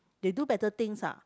they do better things ah